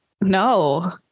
No